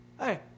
Hey